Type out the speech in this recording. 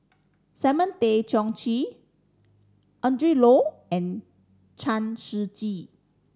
Simon Tay Seong Chee Adrin Loi and Chen Shiji